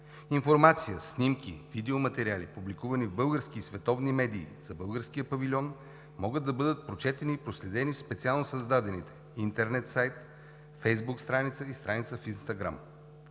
Информация, снимки, видеоматериали, публикувани в български и световни медии за българския павилион, могат да бъдат прочетени и проследени в специално създадените интернет сайт, Фейсбук страница и страница в Инстаграм.